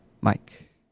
Mike